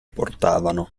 portavano